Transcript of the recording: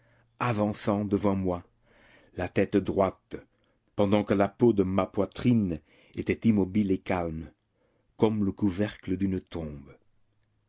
avançant devant moi la tête droite pendant que la peau de ma poitrine était immobile et calme comme le couvercle d'une tombe